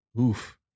Oof